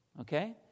Okay